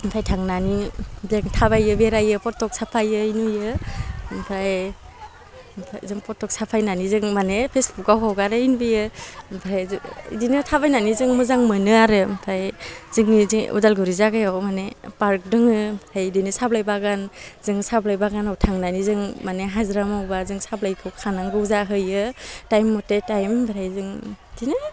ओमफ्राय थांनानै जों थाबायो बेरायो फट' साफायो नुयो ओमफ्राय ओमफ्राय जों फट' साफायनानै जों माने फेसबुकआव हगारो बेयो ओमफ्राय जों बिदिनो थाबायनानै जों मोजां मोनो आरो ओमफ्राय जोंनि जे उदालगुरि जायगायाव माने पार्क दङ ओमफ्राय बिदिनो सा बिलाइ बागान जोङो सापाट बागानाव थांनानै जों माने हाजिरा मावबा जों सा बिलाइखौ खानांगौ जाहैयो टाइम मथे टाइम ओमफ्राय जों बिदिनो